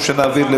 או שנעביר,